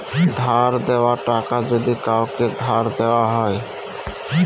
ধার দেওয়া টাকা যদি কাওকে ধার দেওয়া হয়